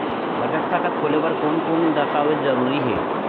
बचत खाता खोले बर कोन कोन दस्तावेज जरूरी हे?